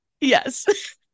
Yes